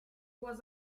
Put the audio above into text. was